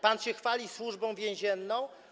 Pan się chwali Służbą Więzienną?